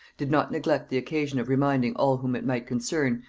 did not neglect the occasion of reminding all whom it might concern,